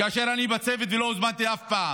כאשר אני בצוות ולא הוזמנתי אף פעם?